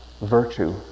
virtue